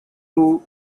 two